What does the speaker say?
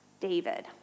David